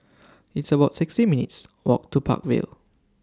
It's about sixty minutes' Walk to Park Vale